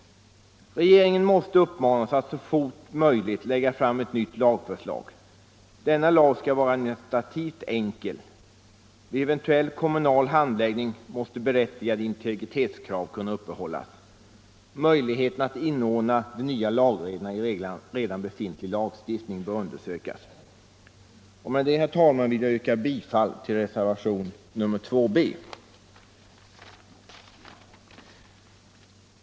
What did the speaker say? Regeringen måste uppmanas att så fort som möjligt lägga fram ett nytt lagförslag. Denna lag skall vara administrativt enkel. Vid eventuell kommunal handläggning måste berättigade integritetskrav kunna tillgodoses. Möjligheterna att inordna de nya lagreglerna i redan befintlig lagstiftning bör undersökas. Med detta, herr talman, vill jag yrka bifall till reservationen 2b.